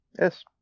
Yes